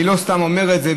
אני לא סתם אומר את זה,